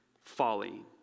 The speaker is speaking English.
folly